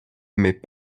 mais